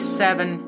seven